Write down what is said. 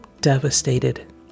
devastated